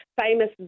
famous